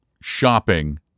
shopping